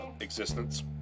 existence